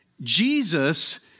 Jesus